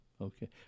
Okay